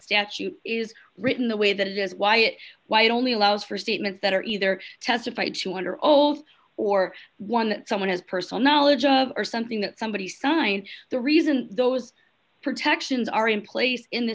statute is written the way that it is why it white only allows for statements that are either testified to under old or one that someone has personal knowledge of or something that somebody signs the reason those protections are in place in the